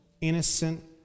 innocent